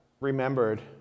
remembered